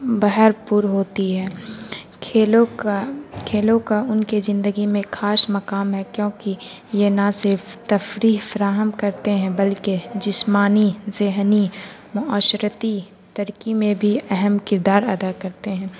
بھرپور ہوتی ہے کھیلوں کا کھیلوں کا ان کے زندگی میں خاص مقام ہے کیونکہ یہ نہ صرف تفریح فراہم کرتے ہیں بلکہ جسمانی ذہنی معاشرتی ترقی میں بھی اہم کردار ادا کرتے ہیں